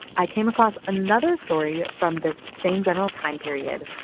i came across another story from this same general time period,